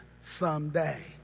someday